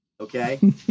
Okay